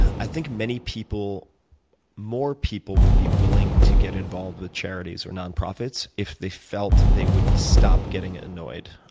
i think many people more people would be willing to get involved with charities or nonprofits if they felt they would stop getting annoyed,